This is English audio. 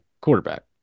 quarterback